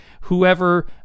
whoever